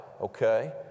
okay